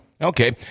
Okay